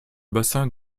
bassin